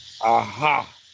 aha